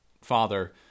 father